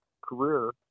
career